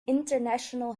international